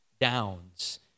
downs